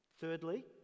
Thirdly